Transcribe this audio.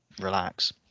relax